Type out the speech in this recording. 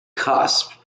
cusp